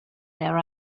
their